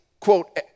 Quote